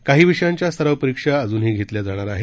काही विषयांच्या सराव परीक्षा अजूनही घेतल्या जाणार आहेत